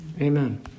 Amen